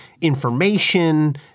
information